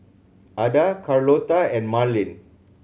Ada Carlota and Marlin